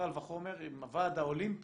קל וחומר אם הוועד האולימפי,